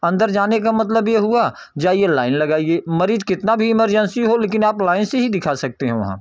अंदर जाने का मतलब यह हुआ जाइए लाइन लगाइए मरीज़ कितना भी इमरजेंसी हो लेकिन आप लाइन से ही दिखा सकते हैं वहाँ